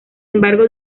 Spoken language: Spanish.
embargo